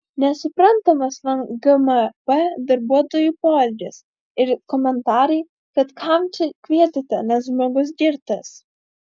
nesuprantamas man gmp darbuotojų poelgis ir komentarai kad kam čia kvietėte nes žmogus girtas